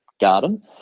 garden